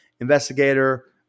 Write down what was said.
investigator